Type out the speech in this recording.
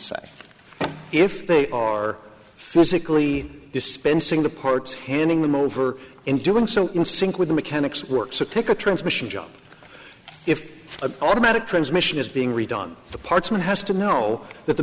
say if they are physically dispensing the parts handing them over and doing so in sync with the mechanics works or take a transmission job if an automatic transmission is being redone the parts man has to know that the